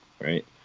Right